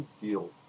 deal